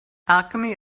alchemy